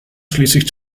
schließlich